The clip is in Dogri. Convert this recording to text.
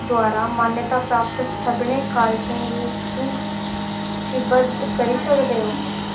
द्वारा मान्यता प्राप्त सभनें कालजें गी सू सूचीबद्ध करी सकदे ओ